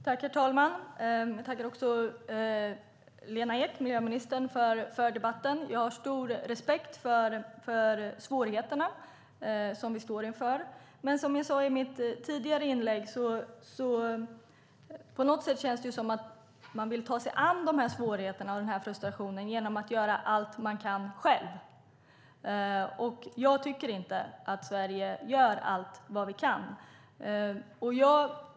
Herr talman! Jag tackar miljöminister Lena Ek för debatten. Jag har stor respekt för de svårigheter som vi står inför. Men som jag sade i mitt tidigare inlägg känns det på något sätt som att man vill ta sig an dessa svårigheter och denna frustration genom att själv göra allt man kan, och jag tycker inte att Sverige gör allt vad vi kan.